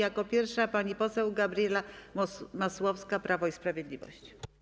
Jako pierwsza pani poseł Gabriela Masłowska, Prawo i Sprawiedliwość.